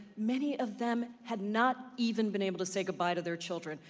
many of them have not even been able to say goodbye to their children.